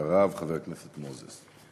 אחריו, חבר הכנסת מוזס.